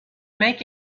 make